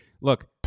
Look